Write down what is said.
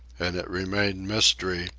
and it remained mystery,